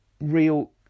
real